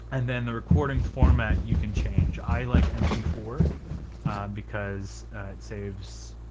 and then the recording format you can change. i like m p four because it saves,